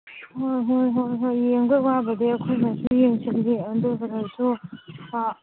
ꯍꯣꯏ ꯍꯣꯏ ꯍꯣꯏ ꯍꯣꯏ ꯌꯦꯡꯕꯩ ꯋꯥꯕꯨꯗꯤ ꯑꯩꯈꯣꯏꯅꯁꯨ ꯌꯦꯡꯁꯜꯂꯤ ꯑꯗꯨ ꯑꯣꯏꯔꯁꯨ